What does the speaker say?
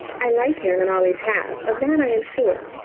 i like him and always have, of that i am sure.